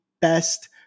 best